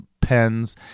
pens